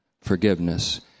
forgiveness